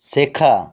শেখা